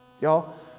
Y'all